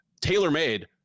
tailor-made